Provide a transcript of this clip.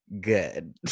good